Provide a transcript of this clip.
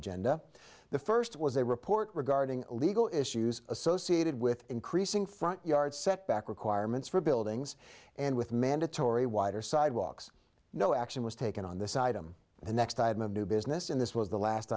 agenda the first was a report regarding legal issues associated with increasing front yard setback requirements for buildings and with mandatory wider sidewalks no action was taken on this item the next item of new business in this was the last